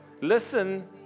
Listen